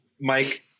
Mike